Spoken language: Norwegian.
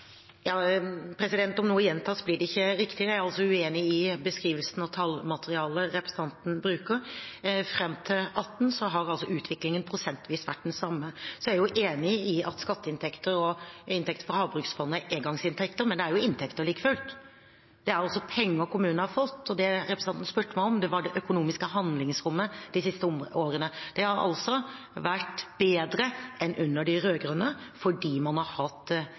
Om noe gjentas, blir det ikke riktigere. Jeg er uenig i beskrivelsen og tallmaterialet representanten bruker. Fram til 2018 har utviklingen prosentvis vært den samme. Jeg er enig i at skatteinntekter og inntekter fra Havbruksfondet er engangsinntekter, men det er jo inntekter like fullt. Det er penger kommunene har fått. Det representanten spurte meg om, var det økonomiske handlingsrommet de siste årene. Det har vært bedre enn under de rød-grønne, fordi man har hatt